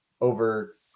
over